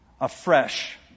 afresh